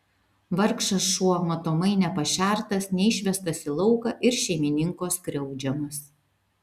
vargšas šuo matomai nepašertas neišvestas į lauką ir šeimininko skriaudžiamas